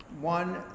one